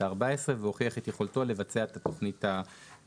הארבע עשרה והוכיח את יכולתו לבצע את התכנית האמורה",